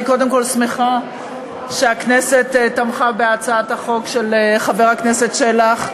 אני קודם כול שמחה שהכנסת תמכה בהצעת החוק של חבר הכנסת שלח.